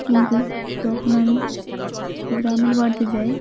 কিন্তু তখন আমি গ্রামের বাড়িতে যাই